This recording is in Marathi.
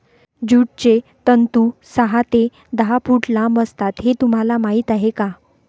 ज्यूटचे तंतू सहा ते दहा फूट लांब असतात हे तुम्हाला माहीत आहे का